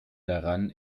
daran